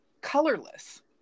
colorless